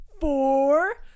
four